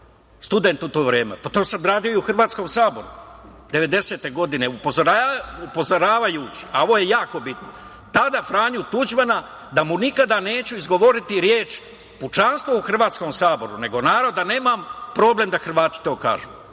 student u to vreme. Pa, to sam radio u Hrvatskom saboru 1990. godine upozoravajući, a ovo je jako bitno, tada Franju Tuđmana, da mu nikada neću izgovoriti reč - pučanstvo u Hrvatskom saboru, nego naravno da nemam problem da Hrvati to kažu,